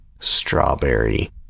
strawberry